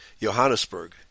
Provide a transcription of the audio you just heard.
Johannesburg